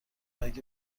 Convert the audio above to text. اگه